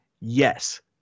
yes